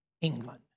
England